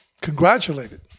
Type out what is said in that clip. congratulated